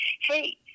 hey